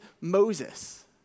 Moses